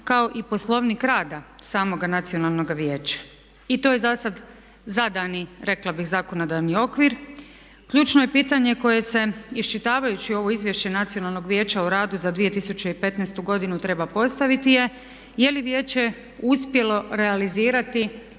kao i poslovnik rada samoga Nacionalnoga vijeća i to je za sad zadani rekla bih zakonodavni okvir. Ključno je pitanje koje se iščitavajući ovo izvješće Nacionalnog vijeća o radu za 2015. godinu treba postaviti je je li Vijeće uspjelo realizirati